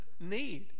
need